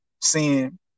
Seeing